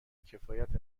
کفایت